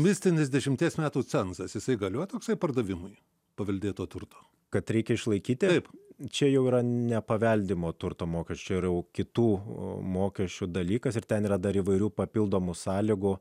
mistinis dešimties metų cenzas jisai galioja toksai pardavimui paveldėto turto kad reikia išlaikyti taip čia jau yra ne paveldimo turto mokesčio čia yra jau kitų mokesčių dalykas ir ten yra dar įvairių papildomų sąlygų